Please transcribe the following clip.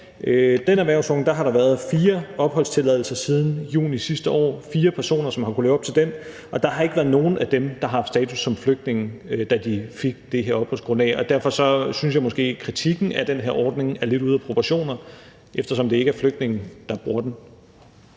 den erhvervsordning, vi taler om i dag, været givet fire opholdstilladelser siden juni sidste år. Der har været fire personer, der har kunnet levet op til den, og der har ikke været nogen af dem, der har haft status som flygtning, da de fik det her opholdsgrundlag. Derfor synes jeg måske, at kritikken af den her ordning er lidt ude af proportioner, eftersom det ikke er flygtninge, der bruger den.